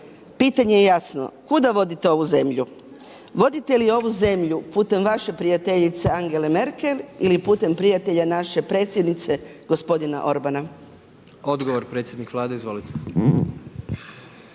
pitanje je jasno, kuda vodite ovu zemlju? Volite li ovu zemlju putem vaše prijateljice Angele Merkel ili putem prijatelja naše Predsjednice, gospodina Orbana? **Jandroković, Gordan